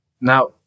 Now